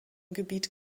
gebiet